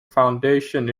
foundation